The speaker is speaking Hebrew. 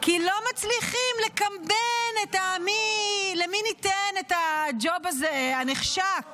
-- כי לא מצליחים לקמבן את למי ניתן את הג'וב הזה הנחשק